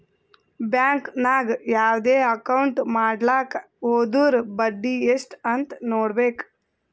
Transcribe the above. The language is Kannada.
ಬ್ಯಾಂಕ್ ನಾಗ್ ಯಾವ್ದೇ ಅಕೌಂಟ್ ಮಾಡ್ಲಾಕ ಹೊದುರ್ ಬಡ್ಡಿ ಎಸ್ಟ್ ಅಂತ್ ನೊಡ್ಬೇಕ